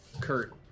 Kurt